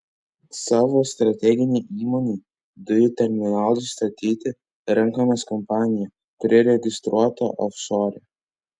savo strateginei įmonei dujų terminalui statyti renkamės kompaniją kuri registruota ofšore